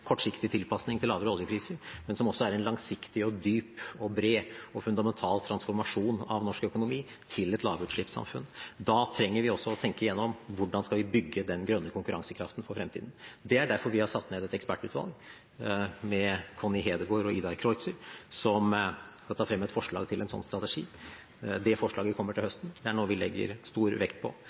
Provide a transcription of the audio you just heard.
kortsiktig tilpasning til lavere oljepriser, men som også er en langsiktig, dyp, bred og fundamental transformasjon av norsk økonomi til et lavutslippssamfunn. Da trenger vi også å tenke gjennom hvordan vi skal bygge den grønne konkurransekraften for fremtiden. Det er derfor vi har satt ned et ekspertutvalg, med Connie Hedegaard og Idar Kreutzer, som skal fremme et forslag til en slik strategi. Det forslaget kommer til høsten, og det er noe vi legger stor vekt på.